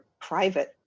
private